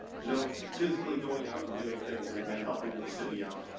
you know, physically going out and doing things and and helping the city out.